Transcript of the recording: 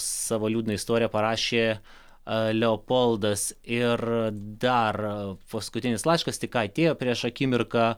savo liūdną istoriją parašė leopoldas ir dar paskutinis laiškas tik ką atėjo prieš akimirką